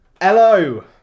Hello